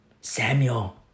Samuel